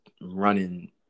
running